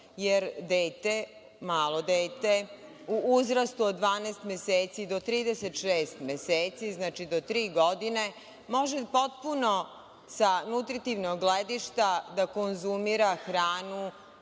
dete, malo dete u uzrastu od 12 meseci do 36 meseci, znači do tri godine, može potpuno sa nutritivnog gledišta da konzumira hranu